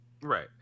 right